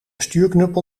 stuurknuppel